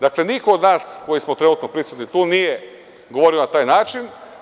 Dakle, niko od nas koji smo trenutno prisutni tu nije govorio na taj način.